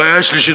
הבעיה השלישית,